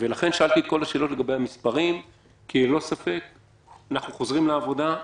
ולכן שאלתי את כל השאלות לגבי המספרים כי ללא ספק אנחנו חוזרים לעבודה,